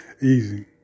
Easy